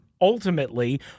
ultimately